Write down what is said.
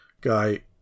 guy